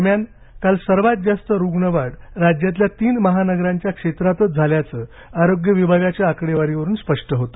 दरम्यान काल सर्वात जास्त रुग्ण वाढ राज्यातल्या तीन महानगरांच्या क्षेत्रातच झाल्याचं आरोग्य विभागाच्या आकडेवारीवरून स्पष्ट होतं